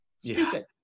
stupid